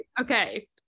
Okay